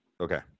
Okay